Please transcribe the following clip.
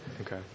okay